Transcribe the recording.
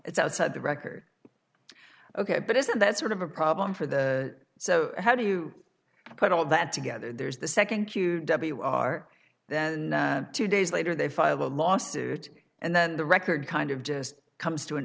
it's outside the record ok but isn't that sort of a problem for the so how do you put all that together there's the second cue are two days later they file a lawsuit and then the record kind of just comes to an